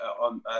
on